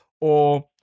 or-